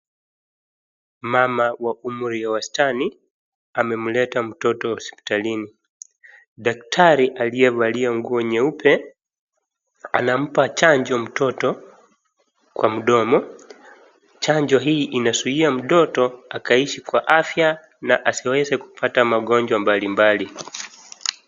Mama wa umri wa wastani amemleta mtoto hospitalini. Daktari aliyevalia nguo nyeupe anampa chanjo mtoto kwa mdomo. Chanjo hii inazuia mtoto akaishi kwa afya na asiweze kupata magonjwa mbalimbali.